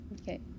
Okay